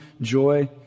joy